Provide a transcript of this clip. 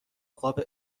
قاب